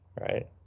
right